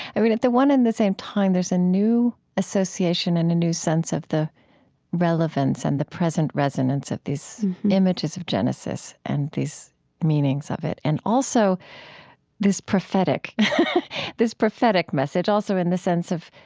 i mean, at the one and the same time, there's a new association and a new sense of the relevance and the present resonance of these images of genesis and these meanings of it. and also this prophetic this prophetic message, also in the sense of